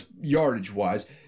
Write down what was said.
yardage-wise